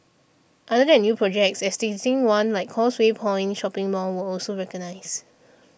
other than new projects existing ones like Causeway Point shopping mall were also recognised